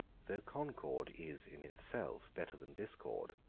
though concord is in itself better than discord,